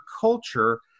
culture